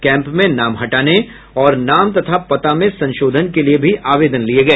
camp में नाम हटाने और नाम तथा पता में संशोधन के लिये भी आवेदन लिये गए